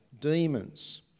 demons